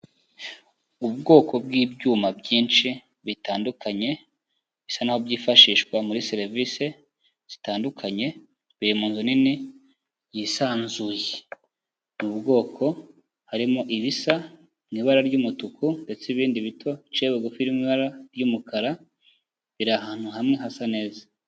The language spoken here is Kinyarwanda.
Ubwoko bw'ibyuma byinshi bitandukanye bisa n'aho byifashishwa muri serivisi zitandukanye, biri mu nzu nini yisanzuye, ni ubwoko harimo ibisa mu ibara ry'umutuku, ndetse n'ibindi bito biciye bugufi biri mu ibara ry'umukara, biri ahantu hamwe hasa neza.